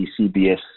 CBS